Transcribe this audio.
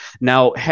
now